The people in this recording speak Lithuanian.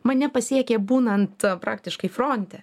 mane pasiekė būnant praktiškai fronte